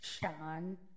sean